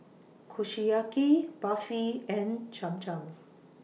Kushiyaki Barfi and Cham Cham